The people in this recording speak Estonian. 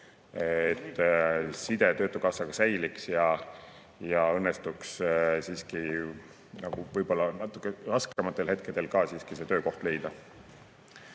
side töötukassaga säiliks ja õnnestuks siiski ka võib-olla natuke raskematel hetkedel töökoht leida.